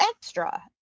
extra